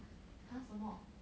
!huh! 什么